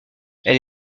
elle